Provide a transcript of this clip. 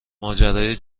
ماجرای